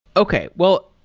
okay. well,